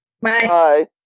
Bye